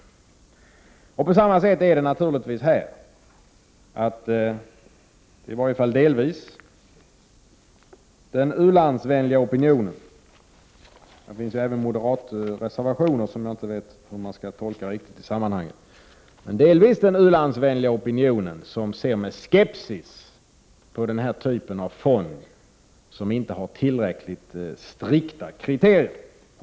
Naturligtvis är det på samma sätt här, dvs. att, i varje fall delvis, den u-landsvänliga opinionen — jag vet dock inte riktigt hur de moderata reservationerna skall tolkas — ser med skepsis på den här sortens fond, för vilken det saknas tillräckligt strikta kriterier.